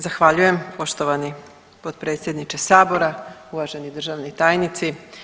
Zahvaljujem poštovani potpredsjedniče sabora, uvaženi državni tajnici.